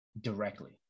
directly